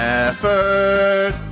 effort